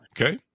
Okay